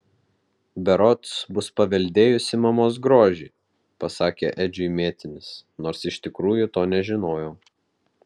berods bus paveldėjusi mamos grožį pasakė edžiui mėtinis nors iš tikrųjų to nežinojo